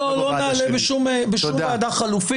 לא, לא נעלה בשום ועדה חלופית.